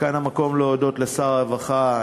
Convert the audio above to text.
כאן המקום להודות לשר הרווחה,